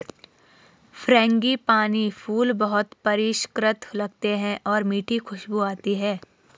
frangipani फूल बहुत परिष्कृत लगते हैं और मीठी खुशबू आती है